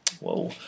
Whoa